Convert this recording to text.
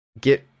Get